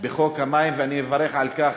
בחוק המים, ואני מברך על כך,